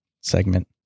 segment